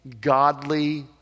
godly